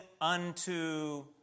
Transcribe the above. unto